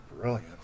brilliant